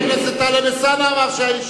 וחבר הכנסת טלב אלסאנע אמר שהאיש,